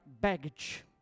baggage